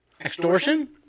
Extortion